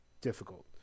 difficult